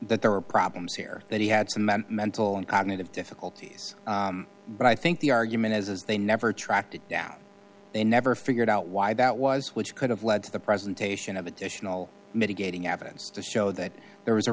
that there were problems here that he had some mental and cognitive difficulties but i think the argument is as they never tracked it down they never figured out why that was which could have led to the presentation of additional mitigating evidence to show that there was a